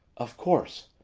of course!